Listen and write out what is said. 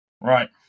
Right